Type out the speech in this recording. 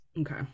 Okay